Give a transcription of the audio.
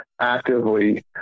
actively